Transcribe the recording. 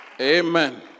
Amen